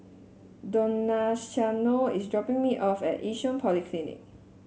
Donaciano is dropping me off at Yishun Polyclinic